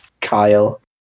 Kyle